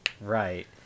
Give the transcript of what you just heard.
Right